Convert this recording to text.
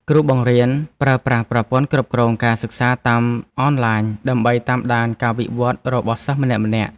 គ្រូបង្រៀនប្រើប្រាស់ប្រព័ន្ធគ្រប់គ្រងការសិក្សាតាមអនឡាញដើម្បីតាមដានការវិវត្តរបស់សិស្សម្នាក់ៗ។